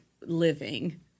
living